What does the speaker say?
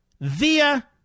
via